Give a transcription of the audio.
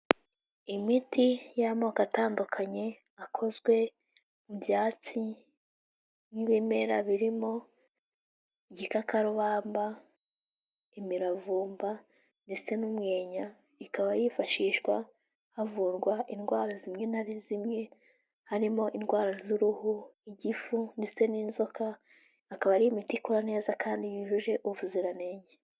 Imiti y'amoko atandukanye akozwe mu byatsi nk'ibimera birimo igikakarubamba, imiravumba ndetse n'umwenya, ikaba yifashishwa havurwa indwara zimwe na zimwe harimo indwara z'uruhu, igifu ndetse n'inzoka akaba ari imiti ikora neza kandi yujuje ubuzirantenge.